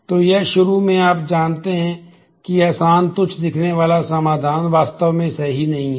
तो यह शुरू में आप जानते हैं कि आसान तुच्छ दिखने वाला समाधान वास्तव में सही नहीं है